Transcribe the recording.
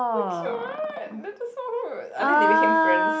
so cute right I think they became friends